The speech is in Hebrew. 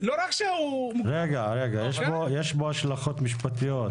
רגע, יש פה השלכות משפטיות.